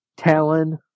Talon